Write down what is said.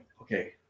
okay